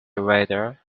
radar